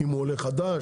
אם הוא עולה חדש,